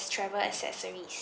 travel accessories